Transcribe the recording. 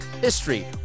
history